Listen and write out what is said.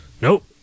Nope